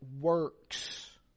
works